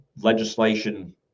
legislation